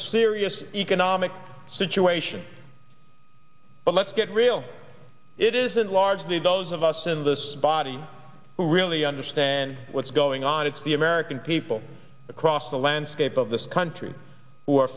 serious economic situation but let's get real it isn't largely those of us in this body who really understand what's going on it's the american people across the landscape of this country